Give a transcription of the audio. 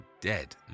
dead